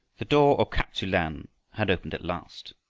the door of kap-tsu-lan had opened at last!